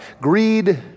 greed